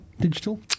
Digital